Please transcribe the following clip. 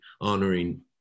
honoring